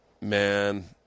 Man